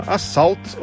Assault